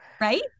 right